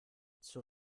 zur